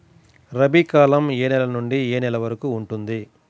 రబీ కాలం ఏ నెల నుండి ఏ నెల వరకు ఉంటుంది?